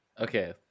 okay